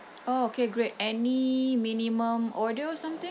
oh okay great any minimum order or something